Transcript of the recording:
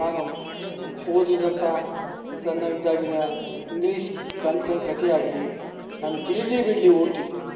ನಾನು ಓದಿದಂಥ ಸಣ್ಣವಿದ್ದಾಗಿನ ಇಂಗ್ಲೀಷ್ ಸಣ್ಣ ಸಣ್ಣ ಕತೆ ಆಗಲಿ ನನಗ ತಿಳಿಲೀ ಬಿಡ್ಲಿ ಓದ್ತಿದ್ದೆ